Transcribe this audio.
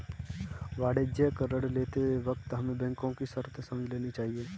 वाणिज्यिक ऋण लेते वक्त हमें बैंको की शर्तें समझ लेनी चाहिए